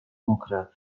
mokre